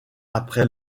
après